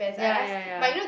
ya ya ya